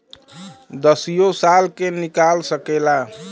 दसियो साल के निकाल सकेला